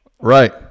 Right